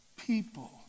people